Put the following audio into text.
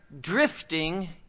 drifting